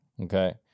Okay